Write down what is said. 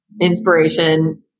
inspiration